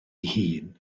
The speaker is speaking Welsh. hun